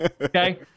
Okay